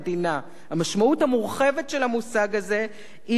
המשמעות המורחבת של המושג הזה היא כל החקיקה